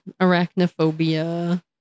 arachnophobia